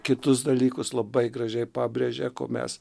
kitus dalykus labai gražiai pabrėžė ko mes